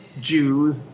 Jews